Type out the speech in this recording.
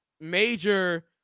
major